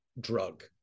drug